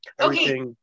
Okay